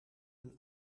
een